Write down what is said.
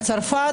צרפת,